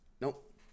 Nope